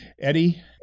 Eddie